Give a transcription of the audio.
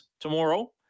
tomorrow